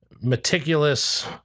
meticulous